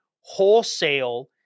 wholesale